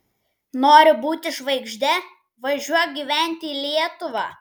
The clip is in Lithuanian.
nori būti žvaigžde važiuok gyventi į lietuvą